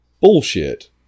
Bullshit